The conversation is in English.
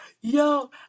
Yo